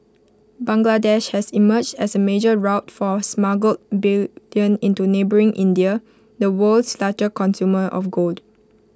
Bangladesh has emerged as A major route for smuggled bullion into neighbouring India the world's largest consumer of gold